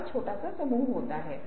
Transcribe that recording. इसके विभिन्न आकार क्या हो सकते हैं